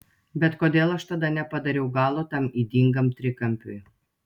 bet kodėl aš tada nepadariau galo tam ydingam trikampiui